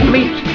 Meet